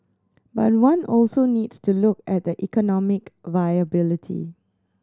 but one also needs to look at the economic viability